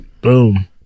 Boom